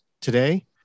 today